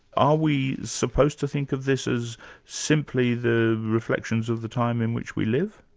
are we supposed to think of this as simply the reflections of the time in which we live?